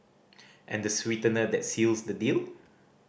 and the sweetener that seals the deal